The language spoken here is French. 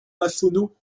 massonneau